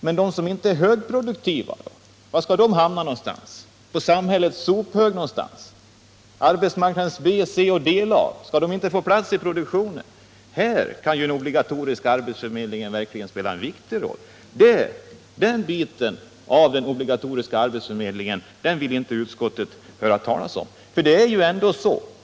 Men var skall de hamna som inte är högproduktiva? På samhällets sophög någonstans? Skall inte arbetsmarknadens B-, C och D-lag få plats i pro duktionen? Här kan en obligatorisk arbetsförmedling verkligen spela en viktig roll. Den biten av den obligatoriska arbetsförmedlingen vill inte utskottet höra talas om.